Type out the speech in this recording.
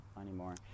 anymore